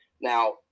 Now